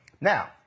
Now